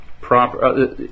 proper